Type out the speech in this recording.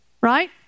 Right